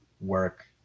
work